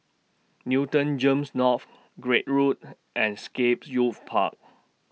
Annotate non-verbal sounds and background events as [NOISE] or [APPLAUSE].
Newton Gems North Craig Road [NOISE] and Scape Youth Park